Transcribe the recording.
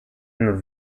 and